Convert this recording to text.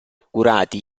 curati